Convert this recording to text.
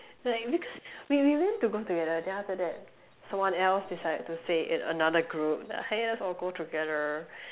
like because we we want to go together then after that someone else decided to say in another group like !hey! let's all go together